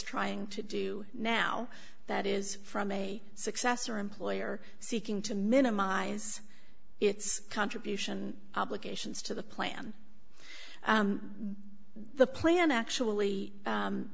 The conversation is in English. trying to do now that is from a successor employer seeking to minimize its contribution obligations to the plan the plan actually